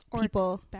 people—